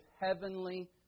heavenly